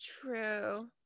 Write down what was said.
True